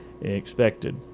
expected